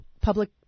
public